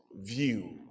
view